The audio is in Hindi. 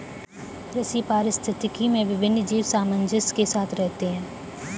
कृषि पारिस्थितिकी में विभिन्न जीव सामंजस्य के साथ रहते हैं